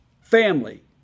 family